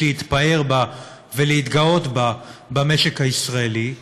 להתפאר בה ולהתגאות בה במשק הישראלי,